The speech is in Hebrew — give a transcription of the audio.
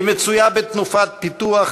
היא מצויה בתנופת פיתוח